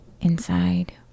inside